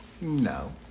No